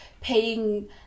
paying